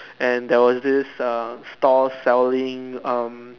and there was this um stall selling um